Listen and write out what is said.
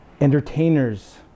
Entertainers